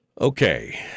Okay